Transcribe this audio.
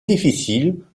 difficile